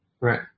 Right